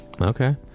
okay